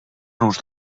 nos